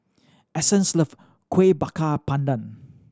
Essence love Kuih Bakar Pandan